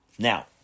Now